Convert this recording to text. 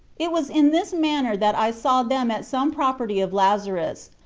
it was in this manner that i saw them at some property of lazarus,